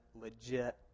legit